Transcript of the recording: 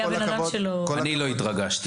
אני לא התרגשתי.